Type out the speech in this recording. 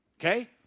Okay